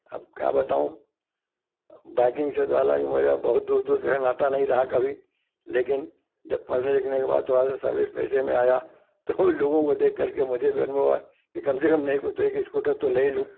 अब क्या बताऊँ अ वाकिंग से तो अलग मेरा बहुत दूर दूर का नाता नहीं रहा कभी लेकिन जब पढ़ने लिखने के बाद थोड़ा सा सर्विस पेशे में आया तब लोगों को देख करके मुझे भी अनुभव हुआ कि कम से कम नहीं कुछ तो एक स्कूटर तो ले ही लूँ